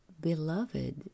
beloved